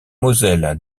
moselle